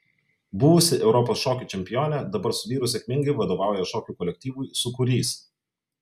buvusi europos šokių čempionė dabar su vyru sėkmingai vadovauja šokių kolektyvui sūkurys